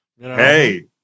Hey